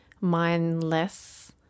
mindless